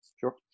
Sure